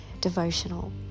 devotional